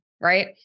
right